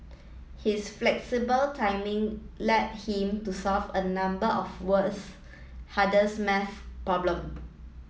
his flexible timing led him to solve a number of world's hardest math problem